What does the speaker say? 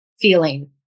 feeling